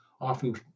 often